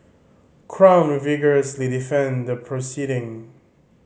crown will vigorously defend the proceeding